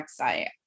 website